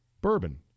bourbon